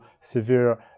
severe